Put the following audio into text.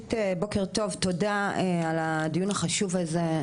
ראשית בוקר טוב, תודה על הדיון החשוב הזה.